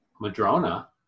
Madrona